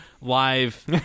live